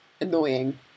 annoying